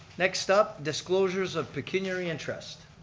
next up, disclosures of pecuniary and trust.